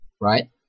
right